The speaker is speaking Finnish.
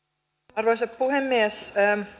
arvoisa puhemies